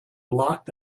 locked